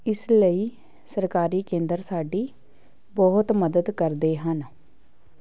ਇਸ ਲਈ ਸਰਕਾਰੀ ਕੇਂਦਰ ਸਾਡੀ ਬਹੁਤ ਮਦਦ ਕਰਦੇ ਹਨ